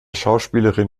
schauspielerin